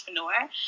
entrepreneur